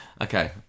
okay